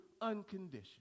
unconditional